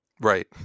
Right